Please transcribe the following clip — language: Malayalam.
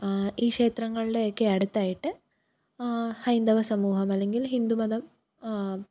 ഈ ക്ഷേത്രങ്ങളുടെയൊക്കെ അടുത്തായിട്ട് ഹൈന്ദവ സമൂഹം അല്ലെങ്കിൽ ഹിന്ദുമതം